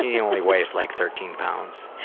he only weighs, like, thirteen pounds.